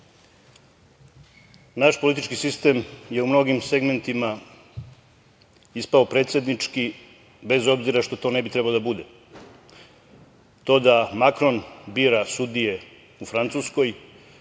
Naš politički sistem je u mnogim segmentima ispao predsednički, bez obzira što to ne bi trebao da bude. To da Makron bira sudije u Francuskoj,